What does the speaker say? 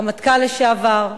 רמטכ"ל לשעבר,